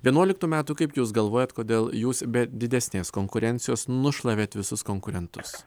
vienuoliktų metų kaip jūs galvojat kodėl jūs be didesnės konkurencijos nušlavėt visus konkurentus